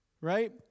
Right